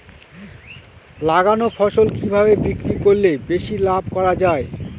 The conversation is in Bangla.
লাগানো ফসল কিভাবে বিক্রি করলে বেশি লাভ করা যায়?